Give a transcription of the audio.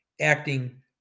acting